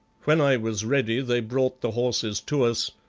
when i was ready they brought the horses to us,